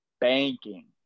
banking